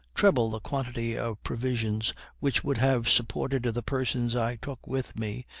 treble the quantity of provisions which would have supported the persons i took with me,